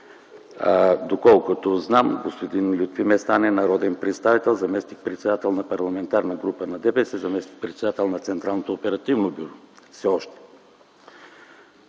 Доколкото знам, господин Лютви Местан е народен представител, заместник-председател на Парламентарна група на ДПС, заместник-председател на Централното оперативно бюро, все още.